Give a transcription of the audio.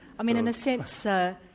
i mean in a sense ah